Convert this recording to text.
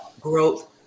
growth